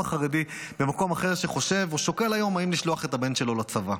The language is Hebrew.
חרדי במקום אחר שחושב או שוקל היום אם לשלוח את הבן שלו לצבא?